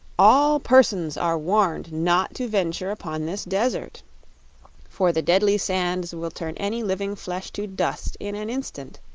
all persons are warned not to venture upon this desert for the deadly sands will turn any living flesh to dust in an instant.